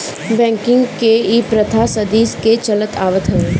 banking के इ प्रथा सदी के चलत आवत हवे